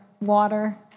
water